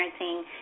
parenting